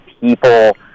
people